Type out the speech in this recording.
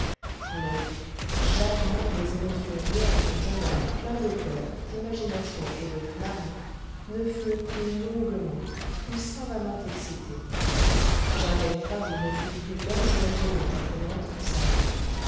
non jamais les émotions vierges d'un jeune homme plein de coeur d'imagination et de flamme ne furent plus longuement plus savamment excitées jamais femme ne fut plus dangereusement attrayante que sarah